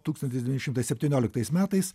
tūkstantis devyni šimtai septynioliktais metais